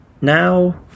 now